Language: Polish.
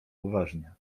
uważnie